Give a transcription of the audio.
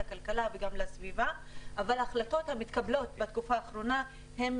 לכלכלה וגם לסביבה אבל ההחלטות המתקבלות בתקופה האחרונה הן